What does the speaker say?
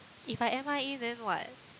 if I M_I_A then what